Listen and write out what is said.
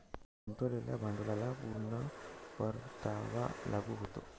गुंतवलेल्या भांडवलाला पूर्ण परतावा लागू होतो